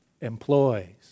employs